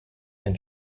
and